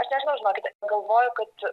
aš nežinau žinokite galvoju kad